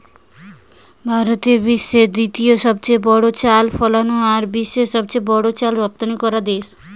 ভারত বিশ্বের দ্বিতীয় সবচেয়ে বড় চাল ফলানা আর বিশ্বের সবচেয়ে বড় চাল রপ্তানিকরা দেশ